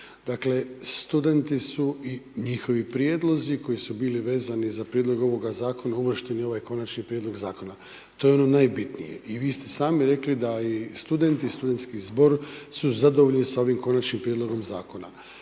Dakle, studenti su i njihovi prijedlozi koji su bili vezani za prijedlog ovoga zakona uvršteni u ovaj konačni prijedlog zakona. To je ono najbitnije. I vi ste sami rekli da i studenti i studentski zbor su zadovoljni sa ovim konačnim prijedlogom zakona.